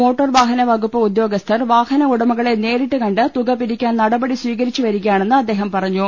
motor വാഹന വകുപ്പ് ഉദ്യോഗസ്ഥർ വാഹന ഉടമകളെ നേരിട്ട് കണ്ട് തുക പിരിക്കാൻ നടപടി സ്ഥീകരിച്ചുവരികയാണെന്ന് അദ്ദേഹം പറഞ്ഞു